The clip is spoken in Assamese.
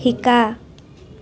শিকা